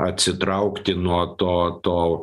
atsitraukti nuo to to